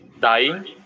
Dying